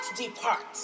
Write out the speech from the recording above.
depart